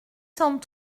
cent